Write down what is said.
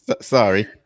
Sorry